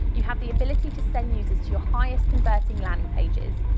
you have the ability to send users to your highest converting landing pages,